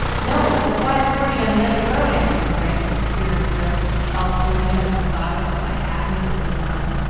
no it's the five-forty on the other road, answered frank, with a queer thrill all through him at the thought of what might happen if it was not.